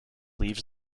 leaves